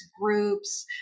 groups